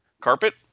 carpet